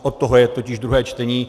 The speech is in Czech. Od toho je totiž druhé čtení.